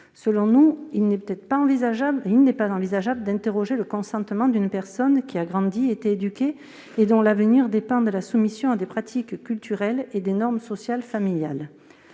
Selon nous, il n'est pas envisageable d'interroger le consentement d'une personne qui a grandi, qui a été éduquée, et dont l'avenir dépend de la soumission à des pratiques culturelles et à des normes sociales familiales.